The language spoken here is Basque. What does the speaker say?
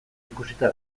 ikusita